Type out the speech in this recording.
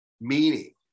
meaning